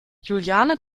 juliane